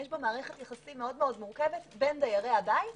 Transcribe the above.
יש בו מערכת יחסים מאוד מורכבת בין דיירי הבית,